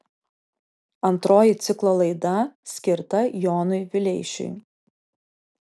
antroji ciklo laida skirta jonui vileišiui